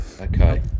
Okay